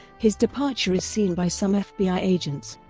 his departure is seen by some fbi agents.